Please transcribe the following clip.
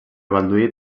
balduí